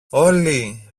όλοι